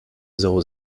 zéro